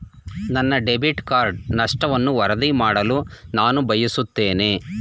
ನನ್ನ debit card ನಷ್ಟವನ್ನು ವರದಿ ಮಾಡಲು ನಾನು ಬಯಸುತ್ತೇನೆ